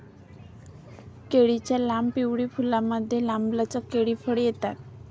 केळीच्या लांब, पिवळी फुलांमुळे, लांबलचक केळी फळे येतात